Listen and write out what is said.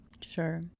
Sure